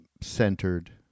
centered